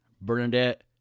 Bernadette